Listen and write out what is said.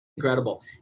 Incredible